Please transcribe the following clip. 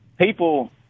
people